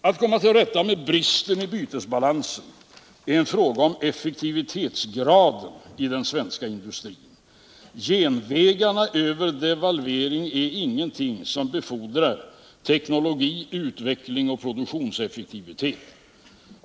Att komma till rätta med bristen i bytesbalansen är en fråga om effektivitetsgraden i den svenska industrin. Genvägarna över devalvering är ingenting som befordrar teknologi, utveckling och produktionseffektivitet.